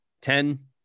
Ten